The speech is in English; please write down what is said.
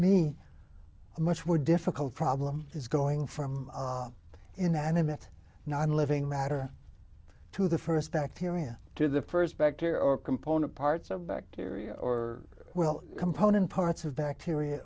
a much more difficult problem is going from inanimate non living matter to the st bacteria to the st bacteria or component parts of bacteria or well component parts of bacteria